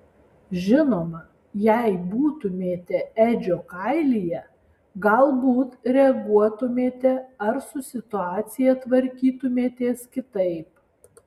žinoma jei būtumėte edžio kailyje galbūt reaguotumėte ar su situacija tvarkytumėtės kitaip